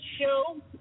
show